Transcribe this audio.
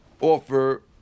offer